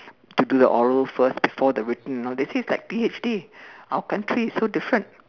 to do the oral first before the written and all this this is like the P_H_D our country is so different